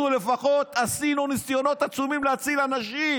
אנחנו לפחות עשינו ניסיונות עצומים להציל אנשים